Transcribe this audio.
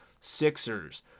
Sixers